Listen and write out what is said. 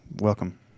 welcome